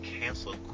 cancel